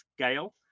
scale